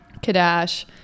Kadash